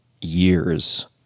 years